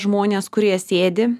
žmonės kurie sėdi